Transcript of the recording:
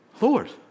Lord